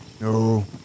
No